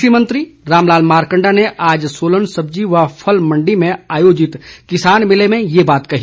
कृषि मंत्री रामलाल मारकंडा ने आज सोलन सब्जी व फल मंडी में आयोजित किसान मेले में ये बात कही